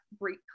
great